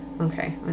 Okay